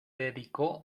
dedicó